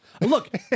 Look